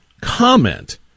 comment